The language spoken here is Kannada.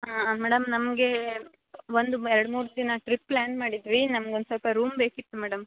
ಹಾಂ ಮೇಡಮ್ ನಮಗೆ ಒಂದು ಎರಡು ಮೂರು ದಿನ ಟ್ರಿಪ್ ಪ್ಲ್ಯಾನ್ ಮಾಡಿಡಿವಿ ನಮ್ಗೊಂದು ಸ್ವಲ್ಪ ರೂಮ್ ಬೇಕಿತ್ತು ಮೇಡಮ್